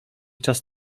czas